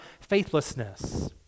faithlessness